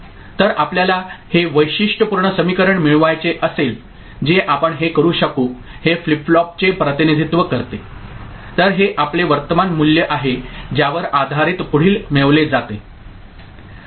तर आपल्याला हे वैशिष्ट्यपूर्ण समीकरण मिळवायचे असेल जे आपण हे करू शकू हे फ्लिप फ्लॉपचे प्रतिनिधित्व करते तर हे आपले वर्तमान मूल्य आहे ज्यावर आधारित पुढील मिळवले जाते